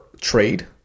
trade